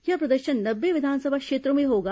यह प्रदर्शन नब्बे विधानसभा क्षेत्रों में होगा